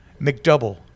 McDouble